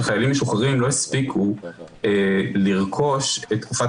משוחררים לא הספיקו לרכוש את תקופת